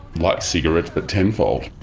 like cigarettes but tenfold.